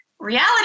Reality